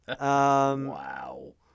Wow